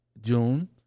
June